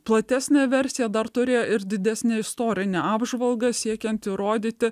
platesnė versija dar turi ir didesnę istorinę apžvalgą siekiant įrodyti